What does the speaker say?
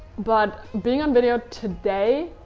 but being on video today,